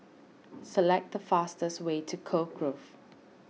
select the fastest way to Cove Grove